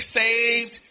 saved